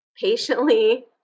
patiently